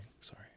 Sorry